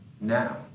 now